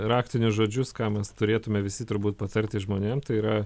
raktinius žodžius ką mes turėtume visi turbūt patarti žmonėm tai yra